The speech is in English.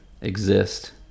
exist